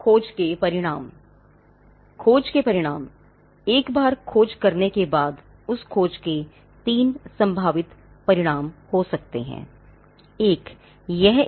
खोज के परिणाम एक बार खोज करने के बाद उस खोज के 3 संभावित परिणाम हो सकते हैं